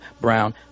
brown